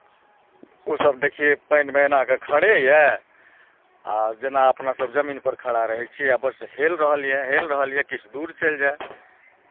ओसभ देखियै पानिमे एना कऽ खड़े यए आ जेना अपनासभ जमीनपर खड़ा रहै छियै आ बस हेल रहल यए हेल रहल यए किछु दूर चलि जाए